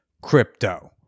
crypto